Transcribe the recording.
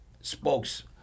spokes